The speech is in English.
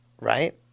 right